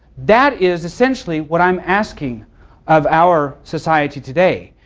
that is essentially what i'm asking of our society today,